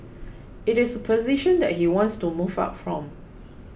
it is a position that he wants to move up from